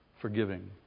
forgiving